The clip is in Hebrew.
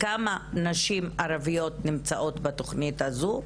כמה נשים ערביות נמצאות בתוכנית הזו,